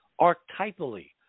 archetypally